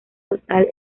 total